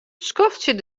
skoftsje